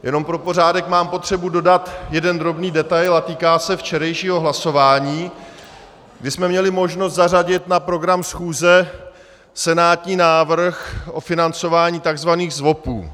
Jenom pro pořádek, mám potřebu dodat jeden drobný detail a týká se včerejšího hlasování, kdy jsme měli možnost zařadit na program schůze senátní návrh o financování takzvaných ZDVOPů.